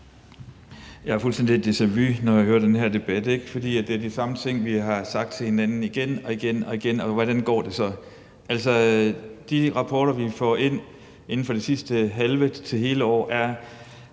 et fuldstændigt deja-vu, når jeg hører den her debat, fordi det er de samme ting, vi har sagt til hinanden igen og igen. Og hvordan går det så? Altså, de rapporter, vi har fået ind inden for det sidste halve til hele år,